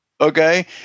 Okay